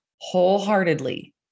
wholeheartedly